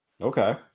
Okay